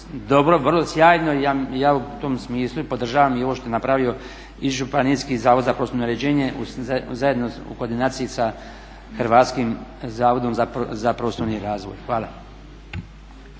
dobro, sjajno i ja u tom smislu podržavam i ovo što je napravio i Županijski zavod za prostorno uređenje zajedno u koordinaciji sa Hrvatskim zavodom za prostorni razvoj. Hvala.